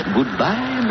Goodbye